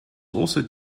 also